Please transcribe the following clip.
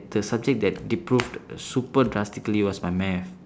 the subject that super drastically was my math